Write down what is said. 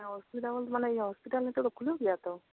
hospital ᱫᱤ ᱱᱤᱛᱚᱜ ᱫᱚ ᱠᱷᱩᱞᱟᱹᱣ ᱜᱮᱭᱟ ᱛᱳ